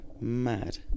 Mad